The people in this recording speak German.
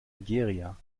nigeria